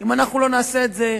אם אנחנו לא נעשה את זה,